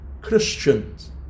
Christians